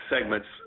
segments